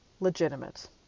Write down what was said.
legitimate